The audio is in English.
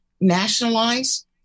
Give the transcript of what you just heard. nationalize